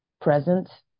present